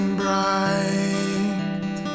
bright